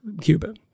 Cuba